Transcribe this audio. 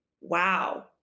Wow